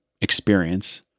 experience